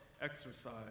exercise